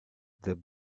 the